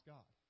God